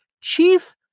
Chief